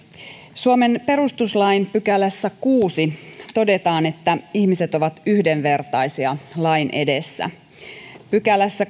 suomen perustuslain kuudennessa pykälässä todetaan että ihmiset ovat yhdenvertaisia lain edessä kahdennessakymmenennessätoisessa pykälässä